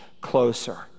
closer